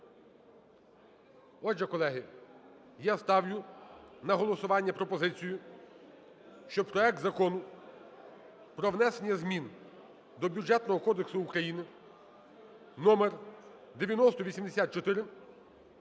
Отже, колеги, я ставлю на голосування пропозицію, щоб проект Закону про внесення змін до Бюджетного кодексу України (№ 9084)